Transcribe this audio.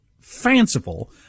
fanciful